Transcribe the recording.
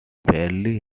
barely